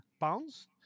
pounds